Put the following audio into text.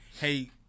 hey